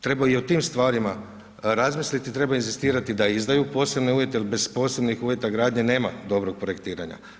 Treba i o tim stvarima razmisliti, treba inzistirati da izdaju posebne uvjete, jer bez posebnih uvjeta gradnje nema dobrog projektiranja.